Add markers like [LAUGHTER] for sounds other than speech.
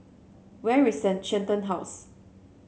where is [UNINTELLIGIBLE] Shenton House